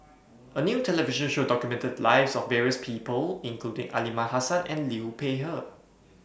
A New television Show documented The Lives of various People including Aliman Hassan and Liu Peihe